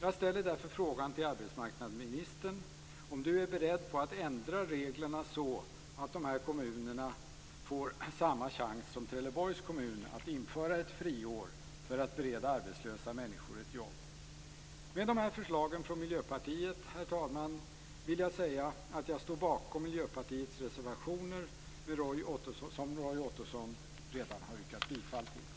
Jag ställer därför frågan till arbetsmarknadsministern om hon är beredd att ändra på reglerna så att dessa kommuner får samma chans som Trelleborgs kommun att införa ett friår för att bereda arbetslösa människor ett jobb. Med dessa förslag från Miljöpartiet, herr talman, vill jag säga att jag står bakom Miljöpartiets reservationer som Roy Ottosson redan har yrkat bifall till.